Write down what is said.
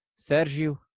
Sergio